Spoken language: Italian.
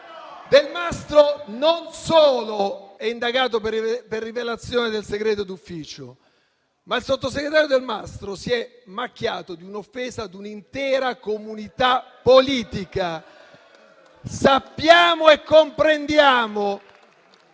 Delmastro non solo è indagato per rivelazione del segreto d'ufficio. Il sottosegretario Delmastro si è anche macchiato di un'offesa ad un'intera comunità politica. *(Commenti.